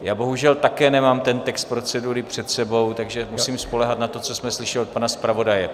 Já bohužel také nemám ten text procedury před sebou, takže musím spoléhat na to, co jsme slyšeli od pana zpravodaje.